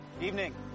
Evening